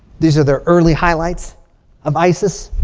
these are the early highlights of isis.